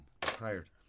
tired